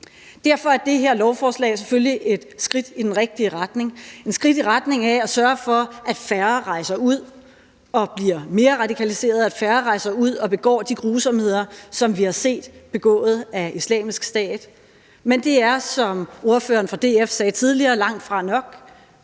Derfor er det her lovforslag selvfølgelig et skridt i den rigtige retning. Det er et skridt i retning af at sørge for, at færre rejser ud og bliver mere radikaliseret, og at færre rejser ud og begår de grusomheder, som vi har set begået af islamisk stat. Men det er, som ordføreren fra DF sagde tidligere, langtfra nok.